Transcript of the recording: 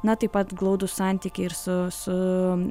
na taip pat glaudūs santykiai ir su su